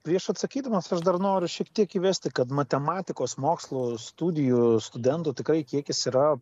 prieš atsakydamas aš dar noriu šiek tiek įvesti kad matematikos mokslų studijų studentų tikrai kiekis yra